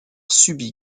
subi